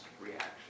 reaction